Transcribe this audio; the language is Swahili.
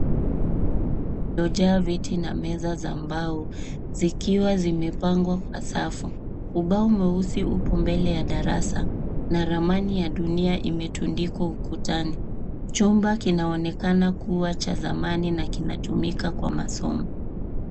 Ulio jaa viti na meza za mbao zikiwa zimepangwa kwa safu. Ubao mweusi upo mbele ya darasa na ramani ya dunia imetundikwa ukutani. Chumba kinaonekana kuwa cha thamani na kinatumika kwa masomo.